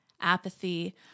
Apathy